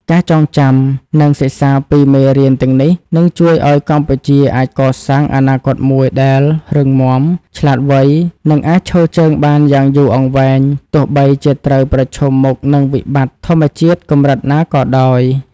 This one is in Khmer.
ការចងចាំ និងសិក្សាពីមេរៀនទាំងនេះ នឹងជួយឱ្យកម្ពុជាអាចកសាងអនាគតមួយដែលរឹងមាំ ឆ្លាតវៃ និងអាចឈរជើងបានយ៉ាងយូរអង្វែង ទោះបីជាត្រូវប្រឈមមុខនឹងវិបត្តិធម្មជាតិកម្រិតណាក៏ដោយ។